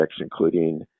including